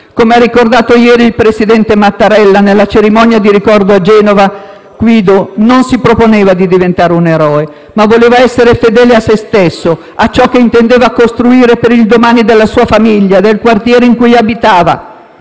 come ha ricordato ieri il presidente Mattarella nella cerimonia di ricordo a Genova, Guido non si proponeva di diventare un eroe, ma voleva essere fedele a se stesso, a ciò che intendeva costruire per il domani della sua famiglia, del quartiere in cui abitava,